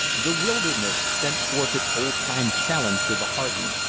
the wilderness sent forth its old-time challenge to the hardy.